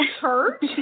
church